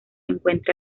encuentra